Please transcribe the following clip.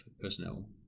personnel